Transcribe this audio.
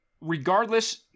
regardless